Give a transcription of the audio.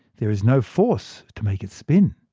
there is no force to make it spin.